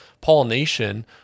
pollination